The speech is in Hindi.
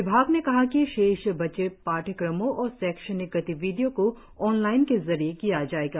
विभाग ने कहा कि शेष बचे पाठ्यक्रमों और शैक्षणिक गतिविधियों को ऑनलाईन के जरिए किया जाएगा